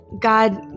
God